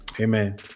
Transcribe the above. amen